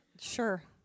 Sure